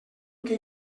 que